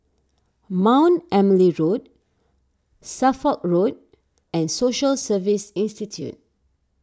Mount Emily Road Suffolk Road and Social Service Institute